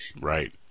Right